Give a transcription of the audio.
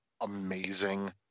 amazing